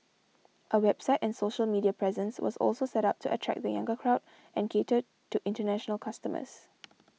a website and social media presence was also set up to attract the younger crowd and cater to international customers